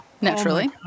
Naturally